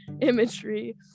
imagery